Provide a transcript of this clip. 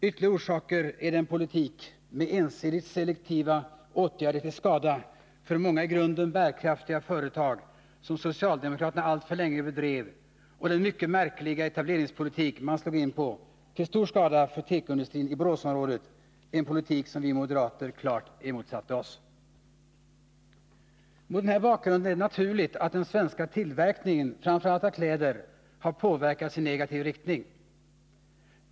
Ytterligare orsaker är den politik med ensidigt selektiva åtgärder till skada för många i grunden bärkraftiga företag som socialdemokraterna alltför länge bedrev samt den mycket märkliga etableringspolitik som man slog in på och som var till stor skada för tekoindustrin i Boråsområdet, en politik som vi moderater klart emotsatte oss. Mot denna bakgrund är det naturligt att den svenska tillverkningen av framför allt kläder har påverkats i negativ riktning.